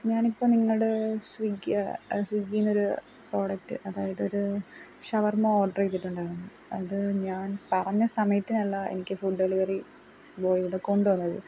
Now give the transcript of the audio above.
ഞാനിപ്പം നിങ്ങളുടെ സ്വിഗ്ഗി ആ സ്വിഗ്ഗിയിൽ നിന്നൊരു പ്രോഡക്റ്റ് അതായതൊരു ഷവർമ്മ ഓർഡർ ചെയ്തിട്ടുണ്ടായിരുന്നു അത് ഞാൻ പറഞ്ഞ സമയത്തിനല്ല എനിക്ക് ഫുഡ് ഡെലിവറി ബോയ് ഇവിടെ കൊണ്ട് വന്നത്